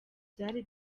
byari